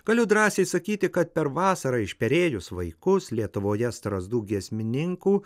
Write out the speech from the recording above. galiu drąsiai sakyti kad per vasarą išperėjus vaikus lietuvoje strazdų giesmininkų